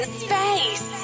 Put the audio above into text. space